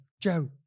Joe